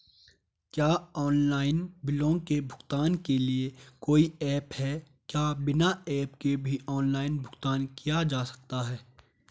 क्या ऑनलाइन बिलों के भुगतान के लिए कोई ऐप है क्या बिना ऐप के भी ऑनलाइन भुगतान किया जा सकता है?